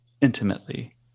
intimately